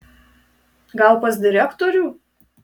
gal pas direktorių